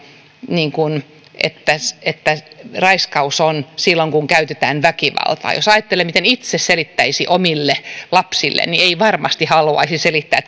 niin että että raiskaus on silloin kun käytetään väkivaltaa jos ajattelee miten sen itse selittäisi omille lapsille niin ei varmasti haluaisi selittää